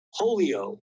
polio